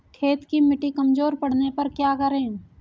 खेत की मिटी कमजोर पड़ने पर क्या करें?